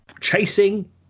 chasing